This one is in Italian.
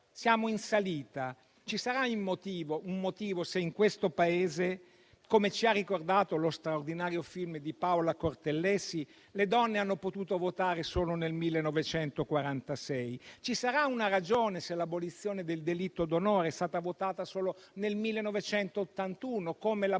siamo in salita, ci sarà un motivo. Se in questo Paese - come ci ha ricordato lo straordinario film di Paola Cortellesi - le donne hanno potuto votare solo nel 1946. Ci sarà una ragione se l'abolizione del delitto d'onore è stata votata solo nel 1981, come l'abolizione